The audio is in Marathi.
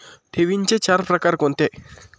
ठेवींचे चार प्रकार कोणते?